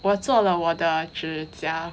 我做了我的指甲